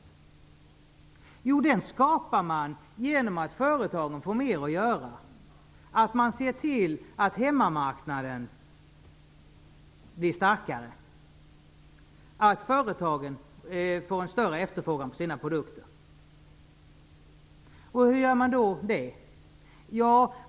Jo, den skapar man genom att företagen får mer att göra. Man ser till att hemmamarknaden blir starkare och att företagen får en större efterfrågan på sina produkter. Hur gör man då det?